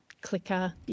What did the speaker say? clicker